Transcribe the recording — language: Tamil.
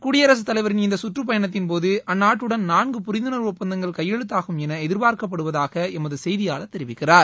குடியரசு தலைவரின் இந்த கற்றுப் பயணத்தின்போது அந்நாட்டுடன் நான்கு புரிந்துணர்வு ஒப்பந்தங்கள் கையெழுத்தாகும் என எதிர்பார்க்கப்படுவதாக எமது செய்தியாளர் தெரிவிக்கிறார்